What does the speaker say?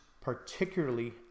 particularly